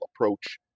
approach